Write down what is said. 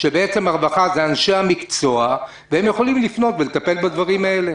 שבעצם הרווחה זה אנשי המקצוע והם יכולים לפנות ולטפל בדברים האלה.